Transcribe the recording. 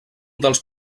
dels